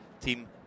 team